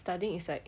studying is like